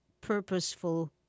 purposeful